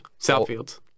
Southfields